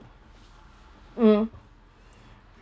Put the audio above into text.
mm